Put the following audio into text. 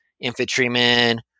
infantrymen